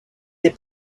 des